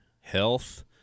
health